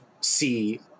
see